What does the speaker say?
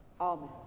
Amen